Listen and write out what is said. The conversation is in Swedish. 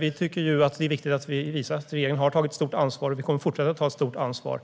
Vi tycker att det är viktigt att vi visar att regeringen har tagit ett stort ansvar och kommer att fortsätta att ta ett stort ansvar